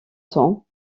temps